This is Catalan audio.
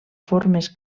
formes